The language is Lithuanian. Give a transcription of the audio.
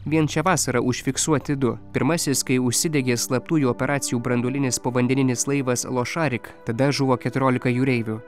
vien šią vasarą užfiksuoti du pirmasis kai užsidegė slaptųjų operacijų branduolinis povandeninis laivas ošarik tada žuvo keturiolika jūreivių